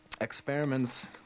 Experiments